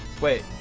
Wait